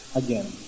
again